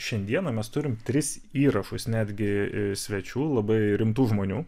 šiandieną mes turim tris įrašus netgi svečių labai rimtų žmonių